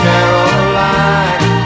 Caroline